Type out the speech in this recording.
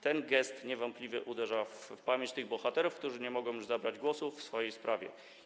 Ten gest niewątpliwie uderza w pamięć bohaterów, którzy nie mogą już zabrać głosu w swojej sprawie.